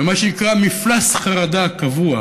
ומה שנקרא מפלס חרדה קבוע,